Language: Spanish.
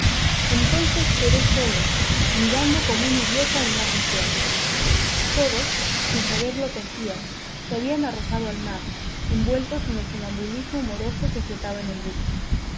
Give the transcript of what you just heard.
entonces quedé solo mirando como un idiota el mar desierto todos sin saber lo que hacían se habían arrojado al mar envueltos en el sonambulismo moroso que flotaba en el buque